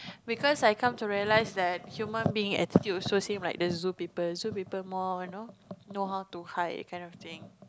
because I come to realise that human beings execute also same like the zoo people zoo people more you know know how to hide that kind of thing